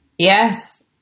Yes